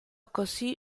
così